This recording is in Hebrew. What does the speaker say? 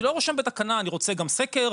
אני לא רושם בתקנה אני רוצה גם סקר,